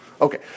Okay